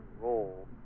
role